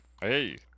Hey